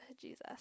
Jesus